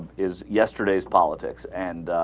is yesterday's politics and